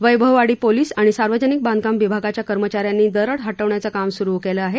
Vaibhavwadi police आणि सार्वजनिक बांधकाम विभागाच्या कर्मचा यांनी दरड हटवण्याचं काम सुरु केलं आहे